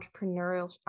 entrepreneurial